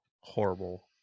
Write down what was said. horrible